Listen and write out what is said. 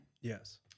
Yes